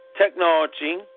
technology